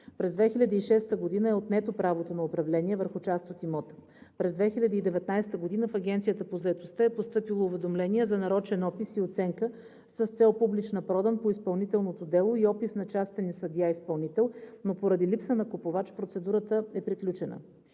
През 2006 г. е отнето правото на управление върху част от имота. През 2019 г. в Агенцията по заетостта е постъпило уведомление за нарочен опис и оценка с цел публична продан по изпълнителното дело и опис на частен съдия изпълнител, но поради липса на купувач процедурата е приключена.